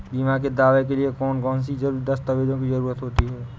बीमा के दावे के लिए कौन कौन सी दस्तावेजों की जरूरत होती है?